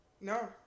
No